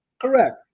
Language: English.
Correct